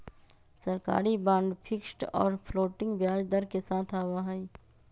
सरकारी bond fixed और floating ब्याज दर के साथ आवा हई